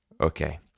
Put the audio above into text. okay